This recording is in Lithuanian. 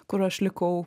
kur aš likau